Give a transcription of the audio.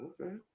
okay